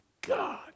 God